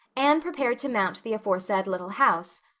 anne prepared to mount the aforesaid little house,